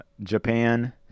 Japan